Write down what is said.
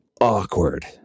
awkward